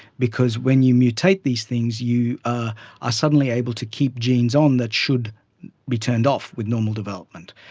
because when you mutate these things you are ah suddenly able to keep genes on that should be turned off with normal development.